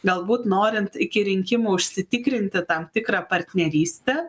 galbūt norint iki rinkimų užsitikrinti tam tikrą partnerystę